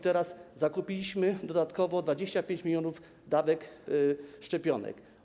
Teraz zakupiliśmy dodatkowo 25 mln dawek szczepionek.